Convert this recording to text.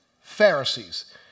Pharisees